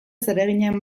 zereginen